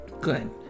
Good